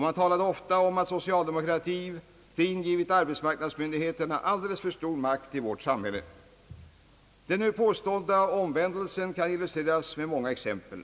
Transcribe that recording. Man talade ofta om att socialdemokratin givit arbetsmarknadsmyndigheterna alldeles för stor makt i vårt samhälle. Den nu påstådda omvändelsen kan emellertid bevisas med många exempel.